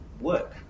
work